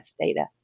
data